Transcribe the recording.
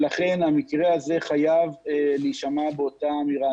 לכן המקרה הזה חייב להישמע באותה אמירה.